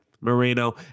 Moreno